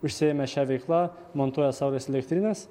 užsiėmė šia veikla montuoja saulės elektrines